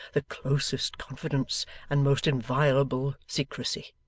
the closest confidence and most inviolable secrecy.